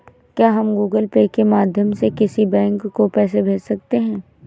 क्या हम Google Pay के माध्यम से किसी बैंक को पैसे भेज सकते हैं?